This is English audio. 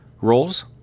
roles